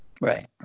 Right